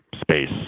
space